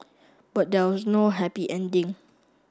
but there was no happy ending